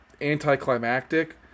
anticlimactic